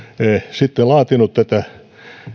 sitten laatinut tätä